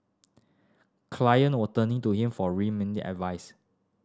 client were turning to for remittance advice